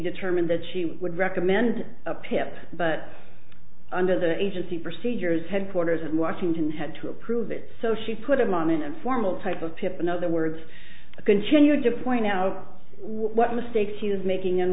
determined that she would recommend a pip but under the agency procedures headquarters in washington had to approve it so she put him on an informal type of pip in other words continued to point out what mistakes he was making